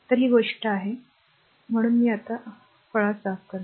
तर ती गोष्ट आहे म्हणून तरीही हे साफ करा